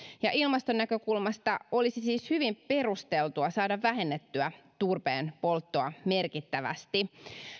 ilmaston näkökulmasta olisi siis hyvin perusteltua saada vähennettyä turpeenpolttoa merkittävästi